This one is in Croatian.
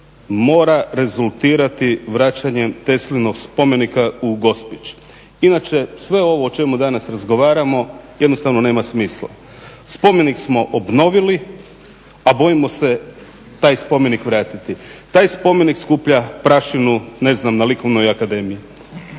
mora rezultirati vraćanjem Teslinog spomenika u Gospić. Inače, sve ovo o čemu danas razgovaramo jednostavno nema smisla. Spomenik smo obnovili, a bojimo se taj spomenik vratiti. Taj spomenik skuplja prašinu ne znam na Likovnoj akademiji.